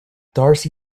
darcy